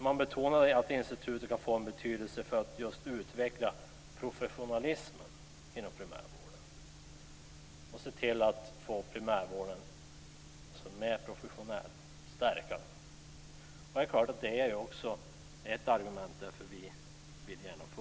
Man betonade att institutet kan få betydelse för utveckling av professionalism inom primärvården. Det är också ett argument för att vi vill inrätta institutet.